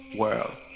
world